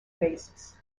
basis